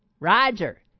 Roger